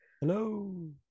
Hello